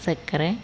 ಸಕ್ಕರೆ